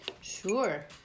Sure